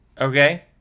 Okay